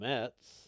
Mets